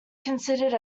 considered